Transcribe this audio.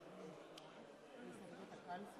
אינו נוכח אילן